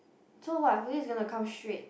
so what Fui is going to come straight